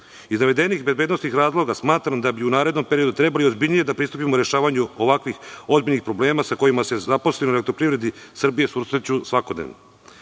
navedenih bezbednosnih razloga, smatram da bi u narednom periodu trebalo ozbiljnije da pristupimo rešavanju ovakvih ozbiljnih problema sa kojima se zaposleni u EPS susreću svakodnevno. Na